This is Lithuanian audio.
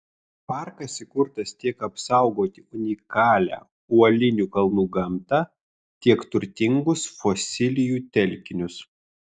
parkas įkurtas tiek apsaugoti unikalią uolinių kalnų gamtą tiek turtingus fosilijų telkinius